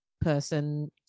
person